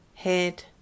head